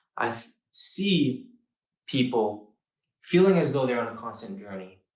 i see people feeling as though they're on a constant journey.